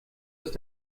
ist